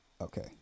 Okay